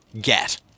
get